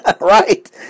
Right